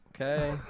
Okay